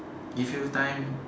give you time